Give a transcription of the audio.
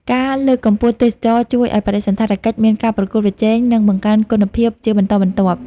ការលើកកម្ពស់ទេសចរណ៍ជួយឲ្យបដិសណ្ឋារកិច្ចមានការប្រកួតប្រជែង និងបង្កើនគុណភាពជាបន្តបន្ទាប់។